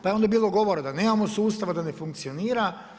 Pa je onda bilo govora da nemamo sustava, da ne funkcionira.